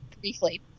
Briefly